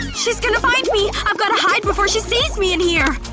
and she's gonna find me! and i've gotta hide before she sees me in here!